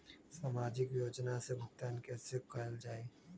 सामाजिक योजना से भुगतान कैसे कयल जाई?